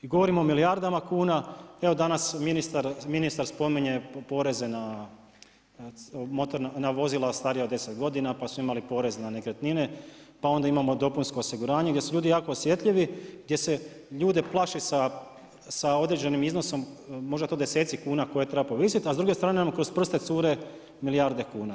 I govorimo o milijardama kuna, evo ministar spominje poreze na vozila starija od 10 godina, pa su imali porez na nekretnine, pa onda imamo dopunsko osiguranje gdje su ljudi jako osjetljivi, gdje se ljude plaši sa određenim iznosom, možda je to deseci kuna koje treba povisit, a s druge strane imamo da nam kroz prste cure milijarde kuna.